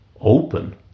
open